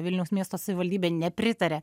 vilniaus miesto savivaldybė nepritarė